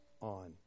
on